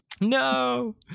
No